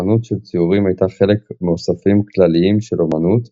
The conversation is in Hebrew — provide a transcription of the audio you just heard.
אספנות של ציורים הייתה חלק מאוספים כללים של אמנות,